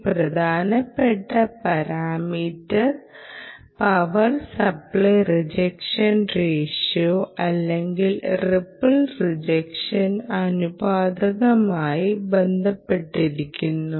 ഈ പ്രധാനപ്പെട്ട parameter power supply rejection ratio അല്ലെങ്കിൽ റിപ്പിൾ റിജക്ഷൻ അനുപാതവുമായി ബന്ധിപ്പിച്ചിരിക്കുന്നു